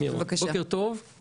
בוקר טוב.